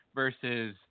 versus